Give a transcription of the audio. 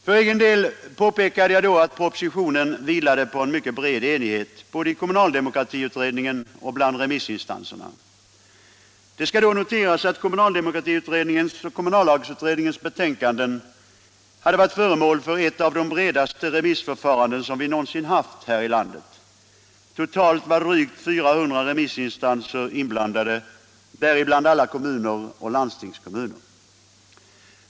För egen del påpekade jag att propositionen vilade på en mycket bred enighet både i kommunaldemokratiutredningen och bland remissinstanserna. Det skall noteras att kommunaldemokratiutredningens och kommunallagsutredningens betänkanden hade varit föremål för ett av de bredaste remissförfaranden som vi någonsin haft i det här landet. Totalt var drygt 400 remissinstanser inblandade, däribland alla kommuner och landstingskommuner.